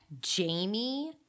jamie